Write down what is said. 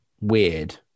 weird